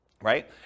right